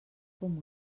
com